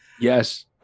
yes